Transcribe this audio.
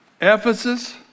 Ephesus